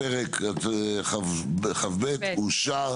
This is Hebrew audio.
הפרק כ"ב אושר.